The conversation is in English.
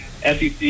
SEC